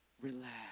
relax